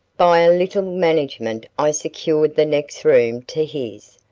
by a little management i secured the next room to his,